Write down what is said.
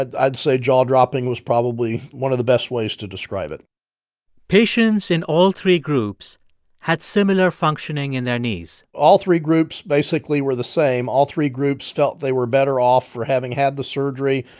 i'd say jaw-dropping was probably one of the best ways to describe it patients in all three groups had similar functioning in their knees all three groups basically were the same. all three groups felt they were better off for having had the surgery,